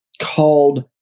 called